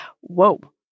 whoa